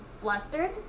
Flustered